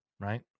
Right